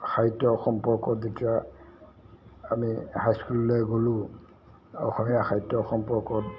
খাদ্যৰ সম্পৰ্কত যেতিয়া আমি হাইস্কুললৈ গ'লোঁ অসমীয়া খাদ্য সম্পৰ্কত